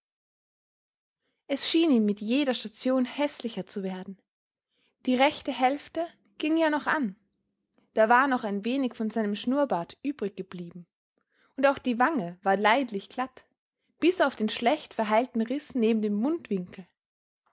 es schien ihm mit jeder station häßlicher zu werden die rechte hälfte ging ja noch an da war noch ein wenig von seinem schnurrbart übrig geblieben und auch die wange war leidlich glatt bis auf den schlecht verheilten riß neben dem mundwinkel